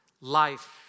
life